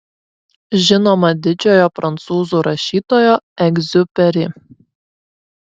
žinoma didžiojo prancūzų rašytojo egziuperi